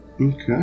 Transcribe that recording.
Okay